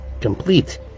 Complete